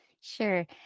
Sure